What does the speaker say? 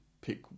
pick